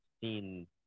seen